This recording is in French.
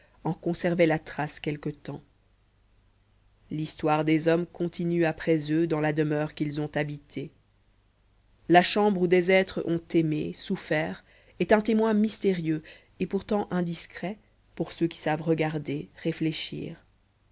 en conservaient la trace quelque temps l'histoire des hommes continue après eux dans la demeure qu'ils ont habitée la chambre où des êtres ont aimé souffert est un témoin mystérieux et pourtant indiscret pour ceux qui savent regarder réfléchir